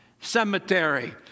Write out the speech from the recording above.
cemetery